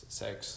sex